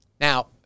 Now